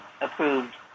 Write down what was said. approved